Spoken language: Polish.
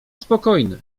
spokojny